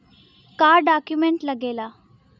का डॉक्यूमेंट लागेला?